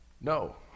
no